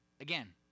again